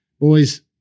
Boys